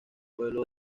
pueblo